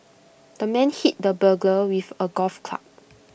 the man hit the burglar with A golf club